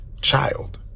child